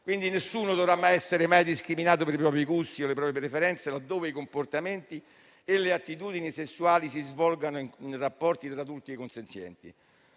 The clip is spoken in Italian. nessuno dovrà essere mai discriminato per i propri gusti o le proprie preferenze, laddove i comportamenti e le attitudini sessuali si svolgano in rapporti tra adulti consenzienti.